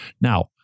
Now